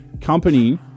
company